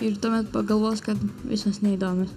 ir tuomet pagalvos kad visos neįdomios